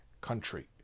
country